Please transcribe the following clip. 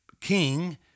king